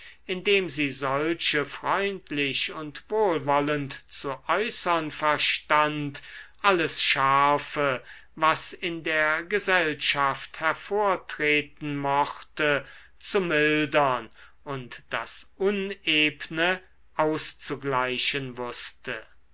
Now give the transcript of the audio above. indem sie solche freundlich und wohlwollend zu äußern verstand alles scharfe was in der gesellschaft hervortreten mochte zu mildern und das unebne auszugleichen wußte